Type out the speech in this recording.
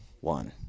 one